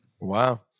Wow